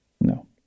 No